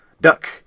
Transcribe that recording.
duck